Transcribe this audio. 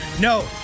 No